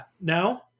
no